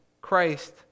Christ